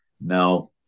now